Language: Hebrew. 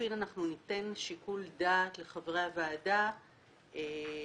לחילופין אנחנו ניתן שיקול דעת לחברי הוועדה לשנות